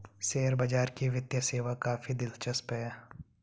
share बाजार की वित्तीय सेवा काफी दिलचस्प है